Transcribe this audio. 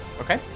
Okay